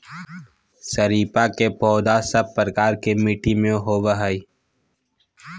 शरीफा के पौधा सब प्रकार के मिट्टी में होवअ हई